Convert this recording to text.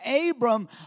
Abram